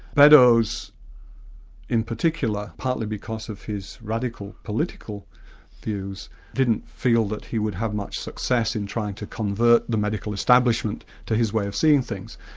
beddowes in particular, partly because of his radical political views, didn't feel that he would have much success in trying to convert the medical establishment to his way of seeing things,